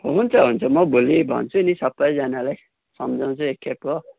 हुन्छ हुन्छ म भोलि भन्छु नि सबैजनालाई सम्झाउँछु एक खेप हो